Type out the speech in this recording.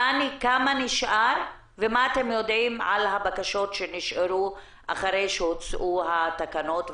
כמה נשאר ומה אתם יודעים על הבקשות שנשארו אחרי שהוצאו התקנות,